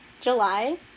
July